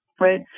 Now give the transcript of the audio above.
Right